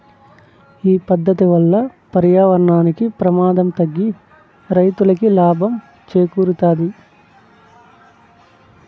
ఈ పద్దతి వల్ల పర్యావరణానికి ప్రమాదం తగ్గి రైతులకి లాభం చేకూరుతాది